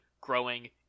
growing